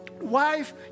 wife